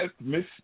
Miss